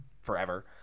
forever